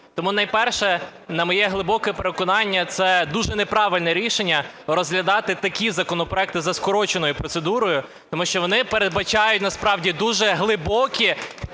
Тому найперше, на моє глибоке переконання, це дуже неправильне рішення – розглядати такі законопроекти за скороченою процедурою, тому що вони передбачають насправді дуже глибокі